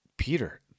Peter